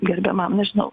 gerbiamam nežinau